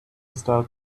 style